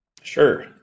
Sure